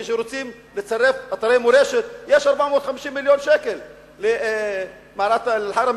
כשרוצים לצרף אתרי מורשת יש 450 מיליון שקל למערת אל-חרם